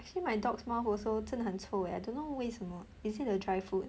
actually my dog's mouth also 真的很臭 leh I don't know 为什么 is it the dry food